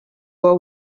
were